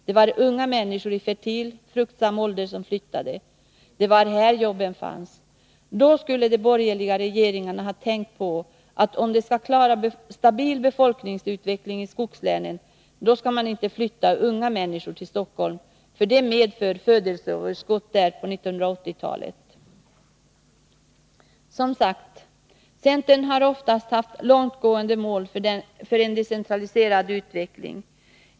Det var unga människor i fertil ålder som flyttade. Det var i Stockholm jobben fanns. Då skulle de borgerliga regeringarna ha tänkt på, att om man skall klara stabil befolkningsutveckling i skogslänen, skall man inte flytta unga människor till Stockholm, för det medför födelseöverskott där på 1980-talet. Som sagt, centern har oftast långtgående mål för en decentraliserad utveckling.